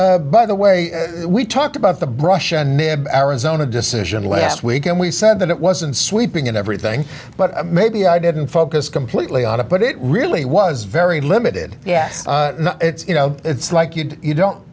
ok by the way we talked about the brush and arizona decision last week and we said that it was and sweeping and everything but maybe i didn't focus completely on it but it really was very limited yes it's you know it's like you don't